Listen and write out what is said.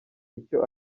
icyo